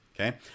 Okay